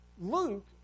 Luke